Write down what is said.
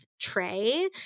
tray